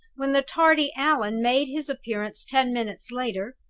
when the tardy allan made his appearance ten minutes later,